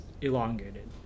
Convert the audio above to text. elongated